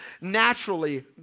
naturally